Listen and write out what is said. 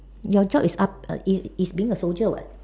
your job is up err is is being a soldier what